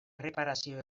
erreparazio